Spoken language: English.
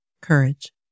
courage